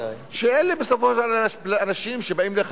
ואז הוא החליט,